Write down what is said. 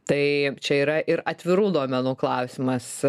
tai čia yra ir atvirų duomenų klausimas